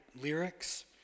lyrics